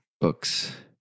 books